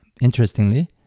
interestingly